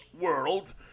World